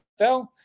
NFL